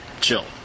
chill